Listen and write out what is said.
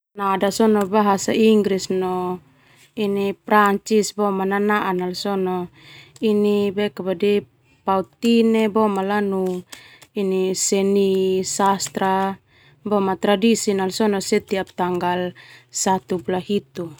Bahasa Inggris no ini Prancis boma nanaa sona pautine boema lanu seni sastra boma tradisi na sona setiap tanggal satu bula hitu.